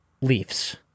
Leafs